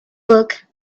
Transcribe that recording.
book